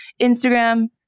Instagram